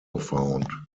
found